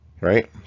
right